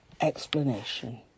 explanation